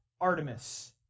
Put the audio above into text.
Artemis